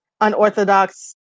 unorthodox